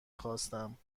خواستم